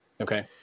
Okay